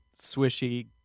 swishy